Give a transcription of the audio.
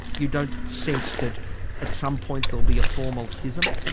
you don't sense that at some point there'll be a formal schism?